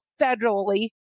federally